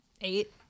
eight